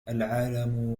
العالم